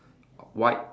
white